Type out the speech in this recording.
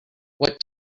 what